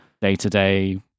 day-to-day